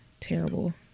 Terrible